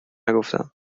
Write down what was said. نگفتم